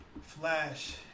Flash